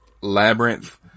Labyrinth